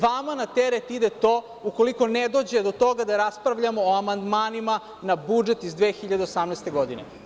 Vama na teret ide to, ukoliko ne dođe do toga da raspravljamo o amandmanima na budžet iz 2018. godine.